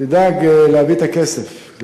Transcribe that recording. תדאג להביא את הכסף.